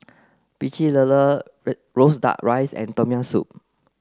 Pecel Lele roasted duck rice and tom yam soup